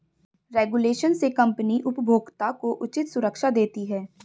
regulation से company उपभोक्ता को उचित सुरक्षा देती है